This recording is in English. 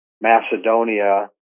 Macedonia